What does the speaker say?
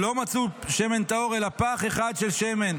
לא מצאו שמן טהור אלא פך אחד של שמן,